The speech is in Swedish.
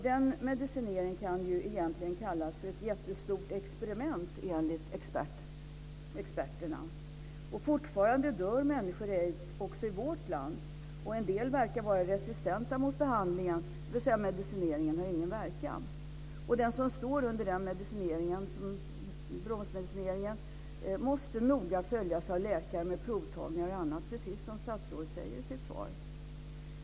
Denna medicinering kan enligt experterna egentligen kallas ett jättestort experiment. Fortfarande dör människor i aids också i vårt land. En del verkar vara resistenta mot behandlingen, dvs. medicineringen har ingen verkan. Den som står under bromsmedicineringen måste också noga följas av läkare med provtagningar och annat, precis som statsrådet säger i sitt svar.